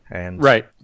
right